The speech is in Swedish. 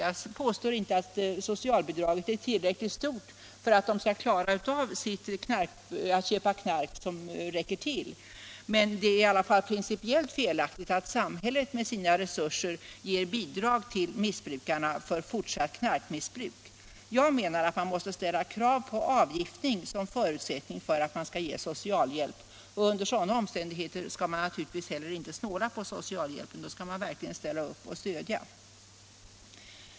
Jag påstår inte att socialbidraget är tillräckligt stort för att de skall klara av att köpa knark som räcker till, men det är principiellt felaktigt att samhället med sina resurser ger bidrag till narkomanerna för fortsatt knarkmissbruk. Jag menar att man måste ställa krav på avgiftning för att ge socialhjälp. Under sådana omständigheter skall man naturligtvis inte snåla på socialhjälpen utan verkligen ställa upp och stödja.